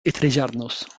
estrellarnos